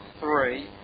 three